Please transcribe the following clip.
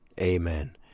Amen